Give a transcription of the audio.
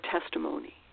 testimony